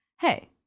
Hey